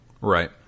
Right